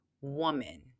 woman